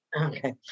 Okay